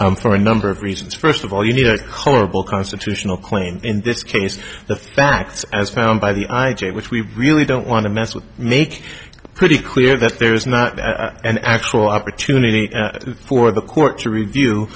not for a number of reasons first of all you need a colorable constitutional claim in this case the facts as found by the i j a which we really don't want to mess with make pretty clear that there is not an actual opportunity for the court to review